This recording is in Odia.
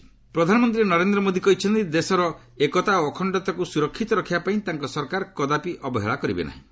ପିଏମ୍ ରାଜଘାଟ ପ୍ରଧାନମନ୍ତ୍ରୀ ନରେନ୍ଦ୍ର ମୋଦି କହିଛନ୍ତି ଦେଶରେ ଏକତା ଓ ଅଖଣ୍ଡତାକୁ ସୁରକ୍ଷିତ ରଖିବାପାଇଁ ତାଙ୍କ ସରକାର କଦାପି ଅବହେଳା କରିବେ ନାହିଁ